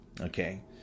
Okay